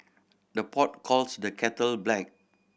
the pot calls the kettle black